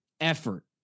effort